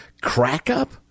crack-up